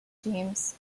teams